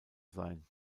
sein